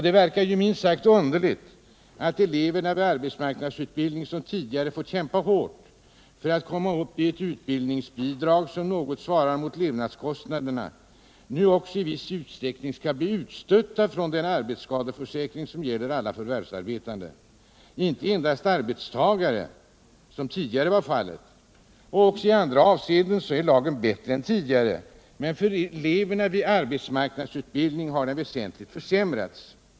Det verkar minst sagt underligt att eleverna i arbetsmarknadsutbildning, som tidigare måst kämpa hårt för att få ett utbildningsbidrag som någorlunda svarar mot levnadskostnaderna, nu också i viss utsträckning skall bli utstötta från den arbetsskadeförsäkring som gäller alla förvärvsarbetande, inte endast arbetstagare som fallet var tidigare. Också i andra avseenden är lagen bättre än förut, men för eleverna i arbetsmarknadsutbildning har situationen väsentligt försämrats.